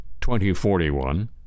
2041